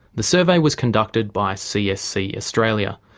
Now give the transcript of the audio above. the survey was conducted by csc australia,